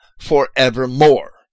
forevermore